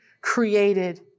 created